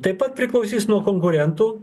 taip pat priklausys nuo konkurentų